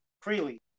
freely